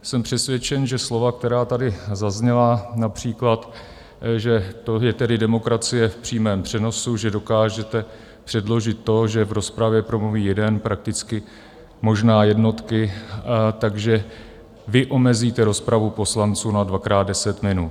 Jsem přesvědčen, že slova, která tady zazněla, například že to je tedy demokracie v přímém přenosu, že dokážete předložit to, že v rozpravě promluví jeden, prakticky možná jednotky, takže vy omezíte rozpravu poslanců na dvakrát deset minut.